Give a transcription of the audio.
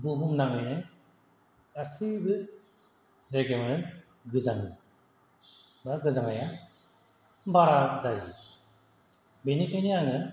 बुहुम नाङैनो गासैबो जायगायावनो गोजाङो बा गोजांनाया बारा जायो बेनिखायनो आङो